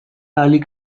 ahalik